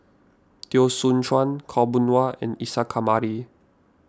Teo Soon Chuan Khaw Boon Wan and Isa Kamari